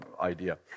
idea